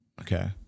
okay